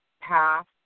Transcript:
path